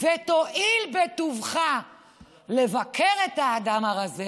ותואיל בטובך לבקר את האדם הרזה,